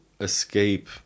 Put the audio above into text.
escape